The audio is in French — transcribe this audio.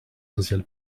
social